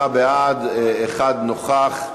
38 בעד, אחד נוכח.